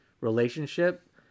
relationship